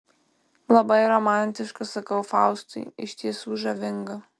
labai romantiška sakau faustui iš tiesų žavinga